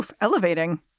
Elevating